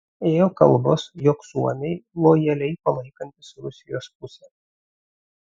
ėjo kalbos jog suomiai lojaliai palaikantys rusijos pusę